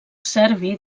serbi